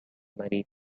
marine